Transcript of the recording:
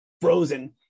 frozen